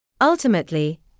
Ultimately